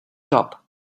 shop